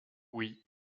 oui